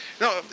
no